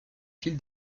fil